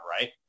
right